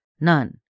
none